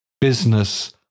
business